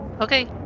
okay